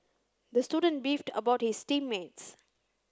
the student beefed about his team mates